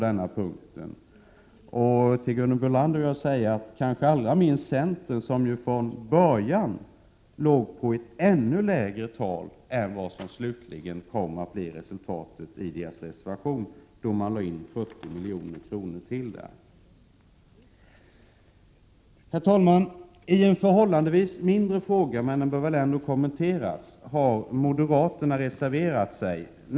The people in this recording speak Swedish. Det gäller särskilt Gunhild Bolander, eftersom centern från början låg på en ännu lägre nivå än vad som slutligen blev resultatet i reservationen, då man lade in ytterligare 40 miljoner. Herr talman! I en fråga som förhållandevis är mindre, men som ändå bör kommenteras, har moderaterna reserverat sig.